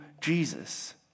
Jesus